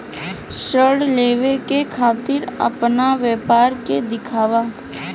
ऋण लेवे के खातिर अपना व्यापार के दिखावा?